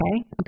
Okay